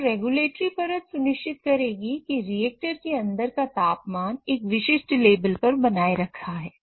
तो रेगुलेटरी परत सुनिश्चित करेगी कि रिएक्टर के अंदर का तापमान एक विशिष्ट लेवल पर बनाए रखा है